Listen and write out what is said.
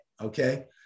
Okay